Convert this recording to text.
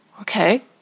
okay